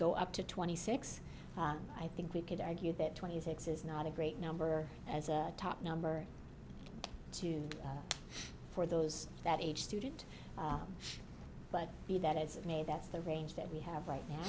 go up to twenty six i think we could argue that twenty six is not a great number as a top number two for those that age student but be that as it may that's the range that we have right now